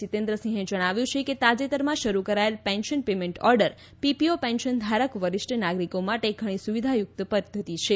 જીતેન્દ્રસિંહે જણાવ્યું છે કે તાજેતરમાં શરૂ કરાચેલ પેન્શન પેમેન્ટ ઓર્ડર પીપીઓ પેન્શનધારક વરિષ્ઠ નાગરિકો માટે ઘણી સુવિધાયુક્ત પદ્ધતિ છે